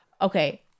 Okay